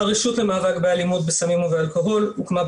הרשות למאבק באלימות בסמים ובאלכוהול הוקמה,